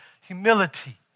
humility